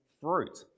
fruit